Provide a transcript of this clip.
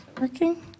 working